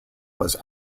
was